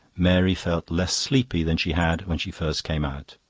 mary felt less sleepy than she had when she first came out.